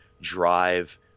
drive